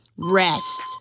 Rest